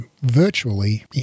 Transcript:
virtually